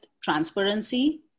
transparency